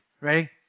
Ready